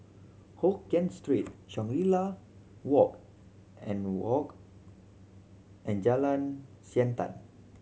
Hokkien Street Shangri La Walk and Walk and Jalan Siantan